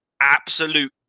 absolute